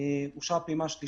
אושרה פעימה שנייה.